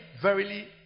verily